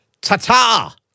Tata